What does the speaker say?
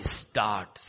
start